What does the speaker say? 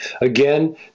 Again